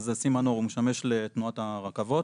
אז הסימנור הוא משמש לתנועת הרכבות,